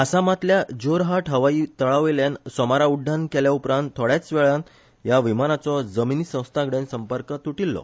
आसामातल्या जोरहाट हवाई तळावेल्यान सोमारा उड्डाण केल्या उपरांत थोड्याच वेळान ह्या विमानाचो जमीनी संस्थाकडेन संपर्क तुटिल्लो